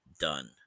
done